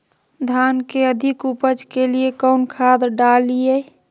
धान के अधिक उपज के लिए कौन खाद डालिय?